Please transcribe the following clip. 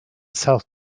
south